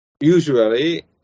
usually